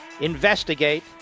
investigate